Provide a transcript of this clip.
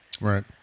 Right